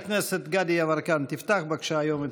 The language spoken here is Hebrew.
חבר הכנסת גדי יברקן, תפתח בבקשה את הנאומים היום.